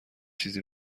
چیزی